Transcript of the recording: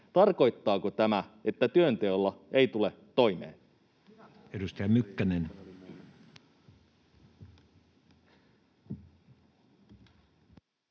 Tarkoittaako tämä, että työnteolla ei tule toimeen?